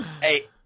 Hey